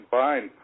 fine